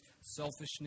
selfishness